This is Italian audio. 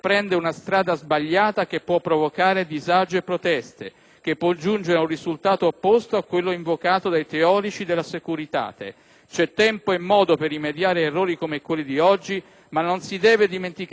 che può giungere ad un risultato opposto a quello invocato dai teorici della *securitate*. C'è tempo e modo per rimediare ad errori come quelli di oggi, ma non si deve dimenticare che già su altre questioni il Governo ha potuto sperimentare i danni